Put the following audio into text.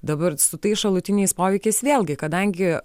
dabar su tais šalutiniais poveikiais vėlgi kadangi